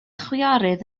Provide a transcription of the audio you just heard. chwiorydd